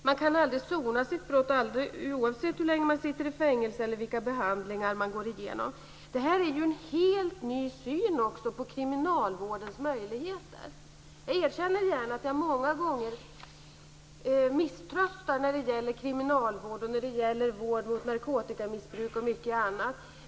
Man kan aldrig sona sitt brott, oavsett hur länge man sitter i fängelse eller vilka behandlingar man går igenom. Detta är en helt ny syn på kriminalvårdens möjligheter. Jag erkänner gärna att jag många gånger misströstar när det gäller kriminalvård och när det gäller vård mot narkotikamissbruk och mycket annat.